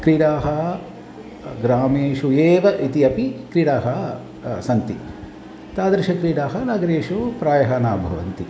क्रीडाः ग्रामेषु एव इति अपि क्रीडाः सन्ति तादृशाः क्रीडाः नगरेषु प्रायः न भवन्ति